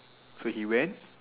so he went